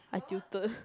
I tilted